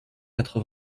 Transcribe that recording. quatre